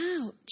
Ouch